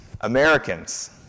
Americans